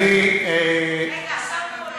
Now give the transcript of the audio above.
רגע, השר פה,